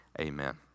amen